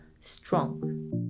strong